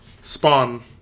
Spawn